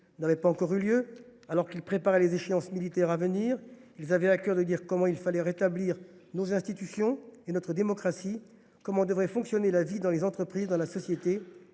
n’avait pas encore eu lieu, alors qu’ils préparaient les échéances militaires à venir, ses membres avaient à cœur de dire comment il fallait rétablir nos institutions et notre démocratie, comment devrait fonctionner la vie dans les entreprises et dans la société.